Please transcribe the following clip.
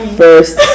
first